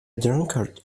drunkard